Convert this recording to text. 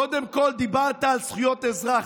קודם כול, דיברת על זכויות אזרח.